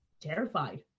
terrified